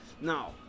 Now